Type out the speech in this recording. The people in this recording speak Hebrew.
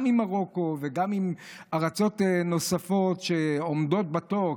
גם עם מרוקו וגם עם ארצות נוספות שעומדות בתור,